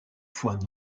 fois